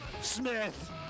Smith